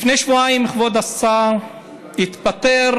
לפני שבועיים, כבוד השר, התפטר